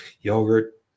yogurt